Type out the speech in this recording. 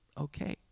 Okay